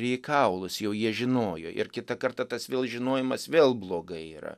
į kaulus jau jie žinojo ir kitą kartą tas vėl žinojimas vėl blogai yra